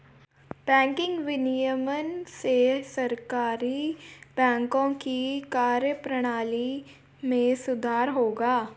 banking विनियमन से सहकारी बैंकों की कार्यप्रणाली में सुधार होगा